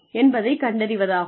என்பதைக் கண்டறிவதாகும்